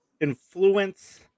influence